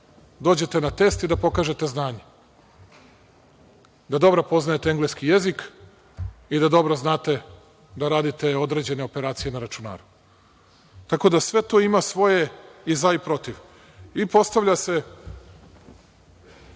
Dođete na test i da pokažete znanje, da dobro poznajete engleski jezik i da dobro znate da radite određene operacije na računaru. Tako da sve to ima svoje i za i protiv.I, postavlja se